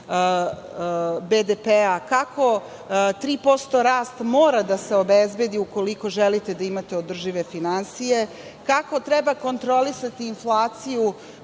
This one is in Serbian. BDP, kako 3% rasta mora da se obezbedi ukoliko želite da imate održive finansije, kako treba kontrolisati inflaciju